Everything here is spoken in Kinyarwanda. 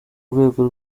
rwego